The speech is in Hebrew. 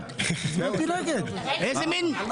הצבעה בעד סדרי הדיון 8 נגד, 4 נמנעים, אין אושר.